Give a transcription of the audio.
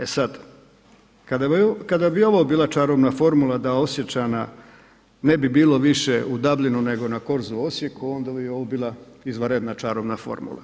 E sad, kada bi ovo bila čarobna formula da Osječana ne bi bilo više u Dublinu nego na korzu u Osijeku, onda bi ovo bila izvanredna čarobna formula.